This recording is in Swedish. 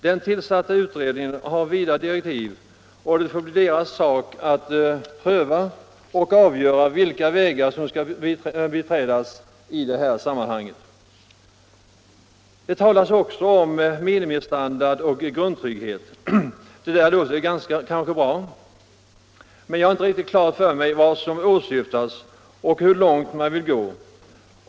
Den tillsatta utredningen har vida direktiv, och det får bli utredningens sak att pröva och avgöra vilka vägar man skall beträda i detta sammanhang. Det talas här om minimistandard och grundtrygghet. Det låter kanske bra, men jag har inte riktigt klart för mig vad som åsyftas och hur långt man vill gå.